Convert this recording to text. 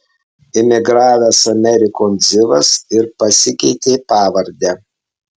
imigravęs amerikon zivas ir pasikeitė pavardę